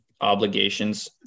obligations